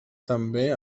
també